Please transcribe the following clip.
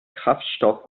kraftstoff